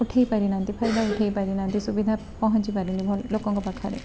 ଉଠାଇ ପାରିନାହାଁନ୍ତି ଫାଇଦା ଉଠାଇ ପାରିନାହାଁନ୍ତି ସୁବିଧା ପହଞ୍ଚିପାରିନି ଲୋକଙ୍କ ପାଖରେ